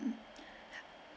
mm